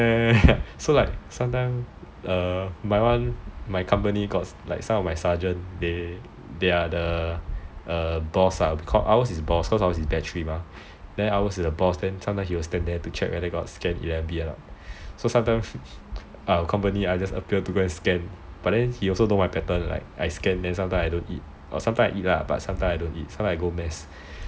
ya ya so like sometimes my [one] my company some of my sergeants they are the B_O_S ah cause ours is batter mah then sometimes he will stand there to check whether you got scan eleven B or not so sometimes our company just appear to go and scan but then he also know my pattern like I scan then sometimes I don't eat or sometimes I eat lah but sometimes I don't eat sometimes I go MASS